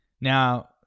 Now